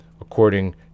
according